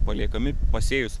paliekami pasėjus